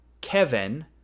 Kevin